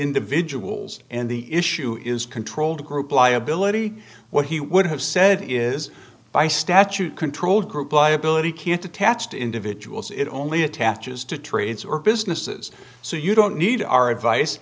individuals and the issue is controlled group liability what he would have said is by statute control group liability can't attach to individuals it only attaches to trades or businesses so you don't need our advice